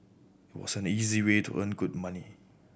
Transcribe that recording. was an easy way to earn good money